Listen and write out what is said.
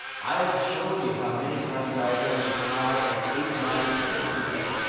i've shown you how many times i've earned as high as eight, nine and, ten percent.